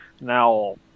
now